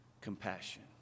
compassion